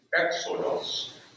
exodus